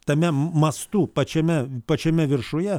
tame mastu pačiame pačiame viršuje